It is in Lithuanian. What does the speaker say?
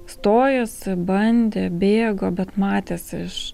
stojosi bandė bėgo bet matėsi iš